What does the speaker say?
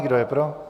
Kdo je pro?